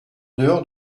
dehors